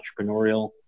entrepreneurial